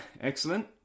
Excellent